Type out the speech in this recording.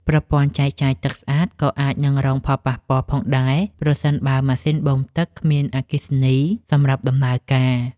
ប្រព័ន្ធចែកចាយទឹកស្អាតក៏អាចនឹងរងផលប៉ះពាល់ផងដែរប្រសិនបើម៉ាស៊ីនបូមទឹកគ្មានអគ្គិសនីសម្រាប់ដំណើរការ។